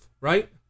right